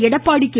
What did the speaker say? Edappadi K